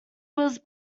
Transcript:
was